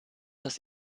das